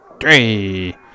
three